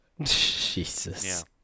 Jesus